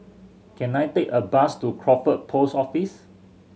can I take a bus to Crawford Post Office